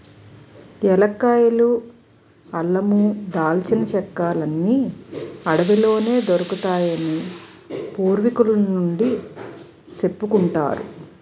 ఏలక్కాయలు, అల్లమూ, దాల్చిన చెక్కలన్నీ అడవిలోనే దొరుకుతాయని పూర్వికుల నుండీ సెప్పుకుంటారు